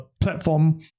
platform